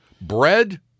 Bread